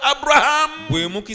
Abraham